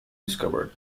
discovered